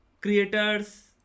creators